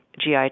GI